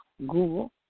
Google